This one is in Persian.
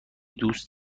دوست